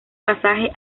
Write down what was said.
pasaje